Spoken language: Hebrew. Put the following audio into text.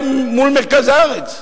שחי בפריפריה לעומת אדם שחי במרכז הארץ.